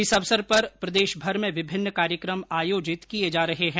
इस अवसर पर प्रदेशभर में विभिन्न कार्यक्रम आयोजित किये जा रहे हैं